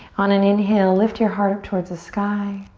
on an inhale, lift your heart towards the sky.